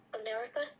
America